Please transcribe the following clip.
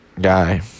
guy